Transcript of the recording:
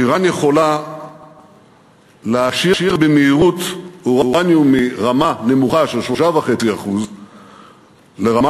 איראן יכולה להעשיר במהירות אורניום מרמה נמוכה של 3.5% לרמה